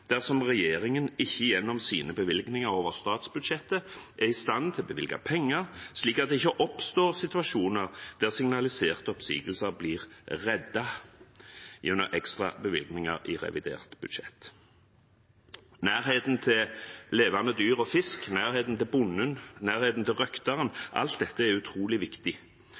dersom regjeringen ikke gjennom sine bevilgninger over statsbudsjettet er i stand til å bevilge penger, slik at det ikke oppstår situasjoner der signaliserte oppsigelser blir reddet gjennom ekstra bevilgninger i revidert budsjett. Nærheten til levende dyr og fisk, nærheten til bonden, nærheten til røkteren – alt dette – er utrolig viktig.